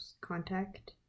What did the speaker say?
contact